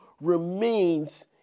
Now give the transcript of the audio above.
remains